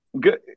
Good